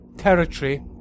territory